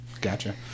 Gotcha